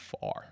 far